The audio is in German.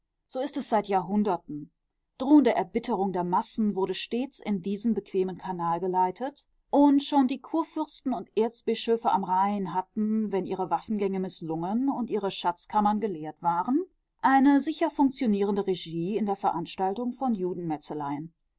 so ist es seit jahrhunderten drohende erbitterung der massen wurde stets in diesen bequemen kanal geleitet und schon die kurfürsten und erzbischöfe am rhein hatten wenn ihre waffengänge mißlungen und ihre schatzkammern geleert waren eine sicher funktionierende regie in der veranstaltung von